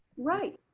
right.